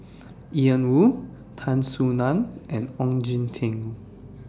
Ian Woo Tan Soo NAN and Ong Jin Teong